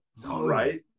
right